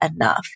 enough